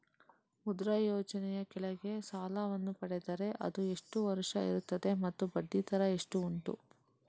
ಮುದ್ರಾ ಯೋಜನೆ ಯ ಕೆಳಗೆ ಸಾಲ ವನ್ನು ಪಡೆದರೆ ಅದು ಎಷ್ಟು ವರುಷ ಇರುತ್ತದೆ ಮತ್ತು ಬಡ್ಡಿ ದರ ಎಷ್ಟು ಉಂಟು?